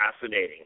fascinating